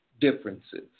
differences